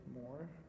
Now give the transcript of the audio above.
more